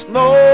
no